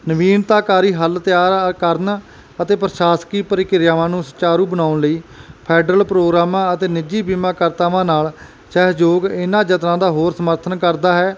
ਨਵੀਨਤਾਕਾਰੀ ਹੱਲ ਤਿਆਰ ਆ ਕਰਨ ਅਤੇ ਪ੍ਰਸ਼ਾਸਕੀ ਪ੍ਰਕਿਰਿਆਵਾਂ ਨੂੰ ਸੁਚਾਰੂ ਬਣਾਉਣ ਲਈ ਫੈਡਰਲ ਪ੍ਰੋਗਰਾਮਾਂ ਅਤੇ ਨਿੱਜੀ ਬੀਮਾ ਕਰਤਾਵਾਂ ਨਾਲ ਸਹਿਯੋਗ ਇਹਨਾਂ ਯਤਨਾਂ ਦਾ ਹੋਰ ਸਮਰਥਨ ਕਰਦਾ ਹੈ